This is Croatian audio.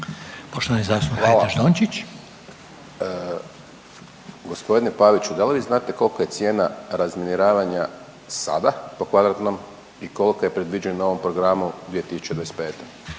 Hajdaš Dončić. **Hajdaš Dončić, Siniša (SDP)** Gospodine Paviću, da li vi znate kolika je cijena razminiravanja sada po kvadratnom i koliko je predviđena u ovom programu 2025.